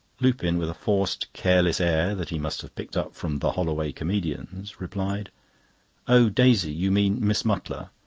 lupin, with a forced careless air that he must have picked up from the holloway comedians, replied oh, daisy? you mean miss mutlar.